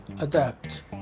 adapt